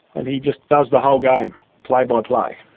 and he just does the whole game play-by-play,